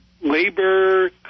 Labor